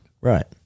Right